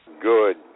good